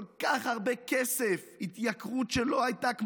כל כך הרבה כסף, התייקרות שלא הייתה כמותה.